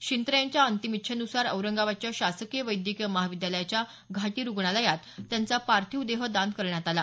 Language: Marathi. शिंत्रे यांच्या अंतिम इच्छेन्सार औरंगाबादच्या शासकीय वैद्यकीय महाविद्यालयाच्या घाटी रुग्णालयात त्यांचा पार्थिव देह दान करण्यात आला